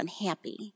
unhappy